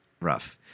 rough